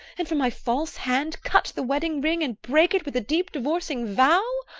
and from my false hand cut the wedding-ring, and break it with a deep-divorcing vow?